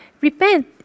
Repent